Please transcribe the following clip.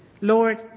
Lord